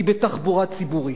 היא בתחבורה ציבורית.